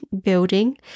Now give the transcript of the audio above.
building